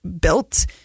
built